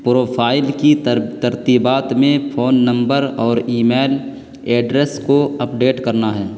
profile کی ترتیبات میں فون نمبر اور ای میل ایڈریس کو اپ ڈیٹ کرنا ہے